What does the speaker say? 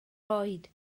oed